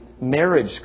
marriage